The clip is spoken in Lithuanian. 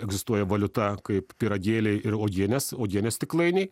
egzistuoja valiuta kaip pyragėliai ir uogienės uogienės stiklainiai